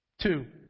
Two